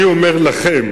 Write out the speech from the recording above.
אני אומר לכם,